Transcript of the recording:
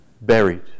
buried